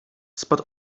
spod